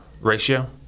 ratio